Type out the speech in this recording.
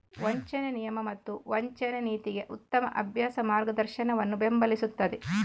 ವಂಚನೆ ನಿಯಮ ಮತ್ತು ವಂಚನೆ ನೀತಿಗೆ ಉತ್ತಮ ಅಭ್ಯಾಸ ಮಾರ್ಗದರ್ಶನವನ್ನು ಬೆಂಬಲಿಸುತ್ತದೆ